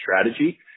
strategy